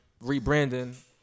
rebranding